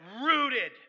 rooted